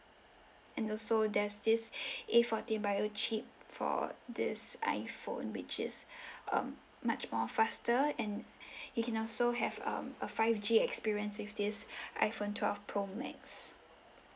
and also there's this A fourteen bio chip for this iphone which is um much more faster and you can also have um a five G experience with this iphone twelve pro max